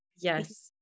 Yes